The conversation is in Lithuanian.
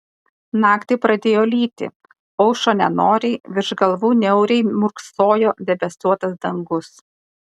naktį pradėjo lyti aušo nenoriai virš galvų niauriai murksojo debesuotas dangus